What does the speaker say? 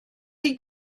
chi